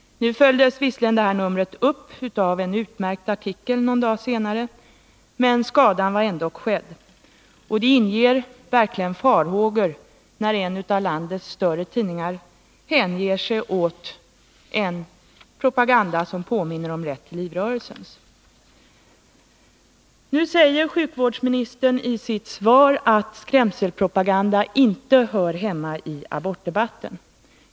Nu följdes visserligen detta upp av en utmärkt artikel någon dag senare, men skadan var ändock skedd, och det inger verkligen farhågor när en av landets större tidningar hänger sig åt en propaganda som påminner om Rätt till liv-rörelsens. Nu säger sjukvårdsmininstern i sitt svar att skrämselpropaganda inte hör hemma i abortdebatten.